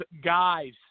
guys